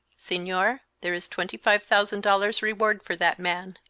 senor, there is twenty-five thousand dollars reward for that man.